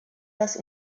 das